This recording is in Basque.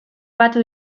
batu